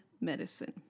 medicine